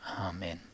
Amen